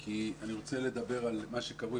כי אני רוצה לדבר על מה שקרוי,